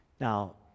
Now